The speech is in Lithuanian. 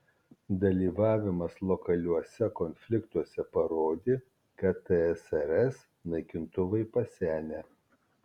dalyvavimas lokaliuose konfliktuose parodė kad tsrs naikintuvai pasenę